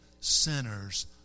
sinners